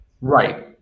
Right